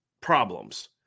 problems